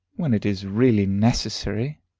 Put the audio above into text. when it is really necessary.